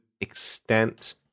extent